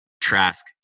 trask